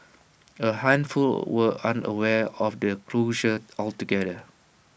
A handful were unaware of the closure altogether